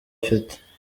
afite